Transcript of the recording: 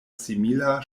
simila